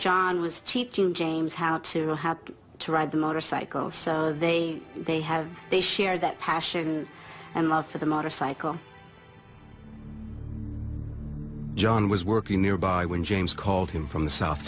john was teaching james how to how to ride a motorcycle so they they have they shared that passion and love for the motorcycle john was working nearby when james called him from the south